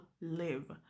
live